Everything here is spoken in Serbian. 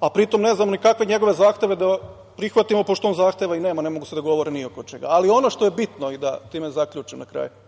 a pri tom ne znamo ni kakve njegove zahteve da prihvatimo, pošto on zahteva i nema, jer ne mogud a se dogovore ni oko čega. Ono što je bitno, i da time zaključim na kraju,